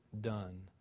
done